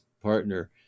partner